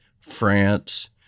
France